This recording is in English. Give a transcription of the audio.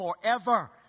forever